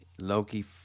loki